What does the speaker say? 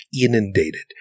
inundated